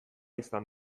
izan